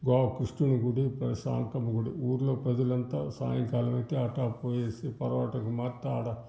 వాగ్ కృష్ణుడి గుడి ప్రశాంతమ్మ గుడి ఊళ్ళో ప్రజలంతా సాయంకాలం అయితే అట్టా పోయేసి పరోటకు మాటాడ